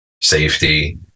safety